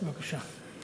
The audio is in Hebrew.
בבקשה.